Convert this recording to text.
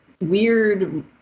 weird